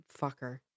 fucker